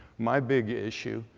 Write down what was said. my big issue,